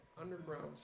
Underground